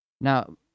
Now